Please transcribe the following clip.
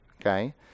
okay